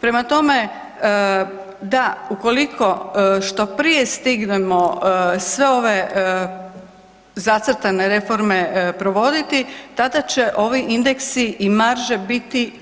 Prema tome, da, ukoliko što prije stignemo sve ove zacrtane reforme provoditi, tada će ovi indeksi i marže biti